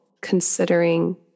considering